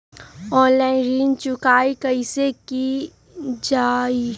Online ऋण चुकाई कईसे की ञाई?